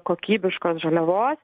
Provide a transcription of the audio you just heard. kokybiškos žaliavos